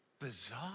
bizarre